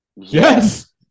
Yes